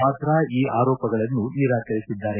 ವಾದ್ರಾ ಈ ಆರೋಪಗಳನ್ನು ನಿರಾಕರಿಸಿದ್ಲಾರೆ